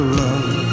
love